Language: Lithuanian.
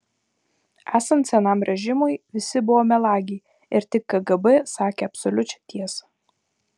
esant senajam režimui visi buvo melagiai ir tik kgb sakė absoliučią tiesą